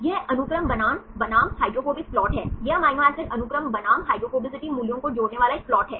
यह अनुक्रम बनाम हाइड्रोफोबिक प्लॉट है यह एमिनो एसिड अनुक्रम बनाम हाइड्रोफोबिसिटी मूल्यों को जोड़ने वाला एक प्लॉट है